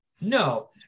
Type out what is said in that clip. No